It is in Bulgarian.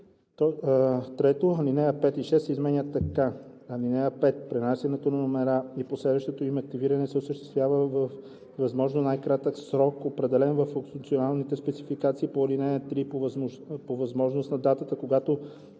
8.“ 3. Алинеи 5 и 6 се изменят така: „(5) Пренасянето на номера и последващото им активиране се осъществява във възможно най-кратък срок, определен във функционалните спецификации по ал. 3, по възможност на датата, когато